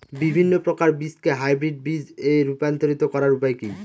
বিভিন্ন প্রকার বীজকে হাইব্রিড বীজ এ রূপান্তরিত করার উপায় কি?